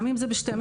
גם אם זה בחצות,